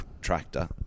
tractor